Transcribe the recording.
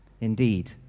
Indeed